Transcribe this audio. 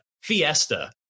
fiesta